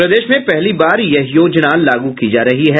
प्रदेश में पहली बार यह योजना लागू की जा रही है